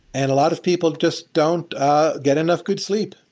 and a lot of people just don't ah get enough good sleep.